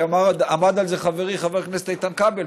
ועמד על זה חברי חבר הכנסת איתן כבל,